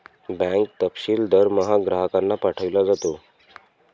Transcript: bank तपशील दरमहा ग्राहकांना पाठविला जातो